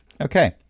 Okay